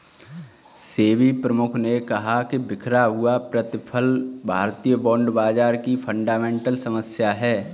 सेबी प्रमुख ने कहा कि बिखरा हुआ प्रतिफल भारतीय बॉन्ड बाजार की फंडामेंटल समस्या है